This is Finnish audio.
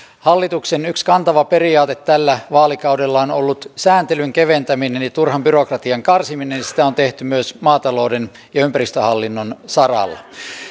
hallituksen yksi kantava periaate tällä vaalikaudella on ollut sääntelyn keventäminen ja turhan byrokratian karsiminen sitä on tehty myös maatalouden ja ympäristöhallinnon saralla